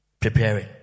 Preparing